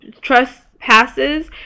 trespasses